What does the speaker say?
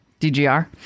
DGR